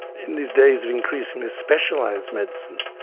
in these days of increasingly specialised medicine,